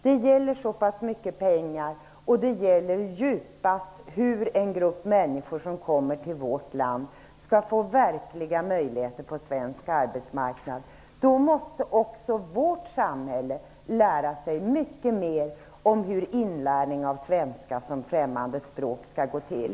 Det gäller ganska mycket pengar, och det gäller djupast hur en grupp människor som kommer till vårt land skall få verkliga möjligheter på svensk arbetsmarknad. Då måste också vårt samhälle lära sig mycket mer om hur inlärning av svenska som främmande språk skall gå till.